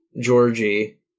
Georgie